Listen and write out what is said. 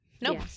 Nope